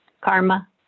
karma